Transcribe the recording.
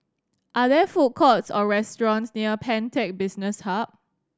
are there food courts or restaurants near Pantech Business Hub